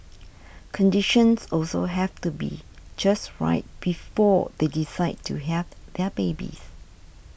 conditions also have to be just right before they decide to have their babies